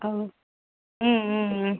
ஆ ம் ம் ம்